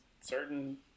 certain